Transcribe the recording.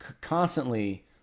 constantly